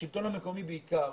השלטון המקומי בעיקר,